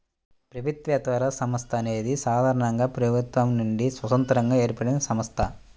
ప్రభుత్వేతర సంస్థ అనేది సాధారణంగా ప్రభుత్వం నుండి స్వతంత్రంగా ఏర్పడినసంస్థ